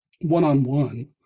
one-on-one